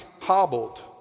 hobbled